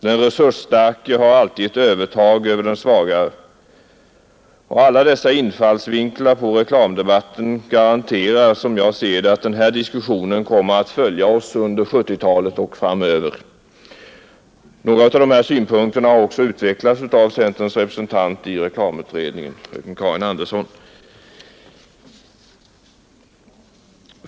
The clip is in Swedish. Den resursstarke har alltid ett övertag över den svagare. Alla dessa infallsvinklar på reklamdebatten garanterar, som jag ser det, att den här diskussionen kommer att följa oss under 1970-talet och framöver. Några av dessa synpunkter har också utvecklats av centerns representant i reklamutredningen, fröken Karin Andersson.